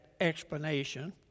explanation